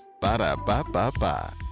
Ba-da-ba-ba-ba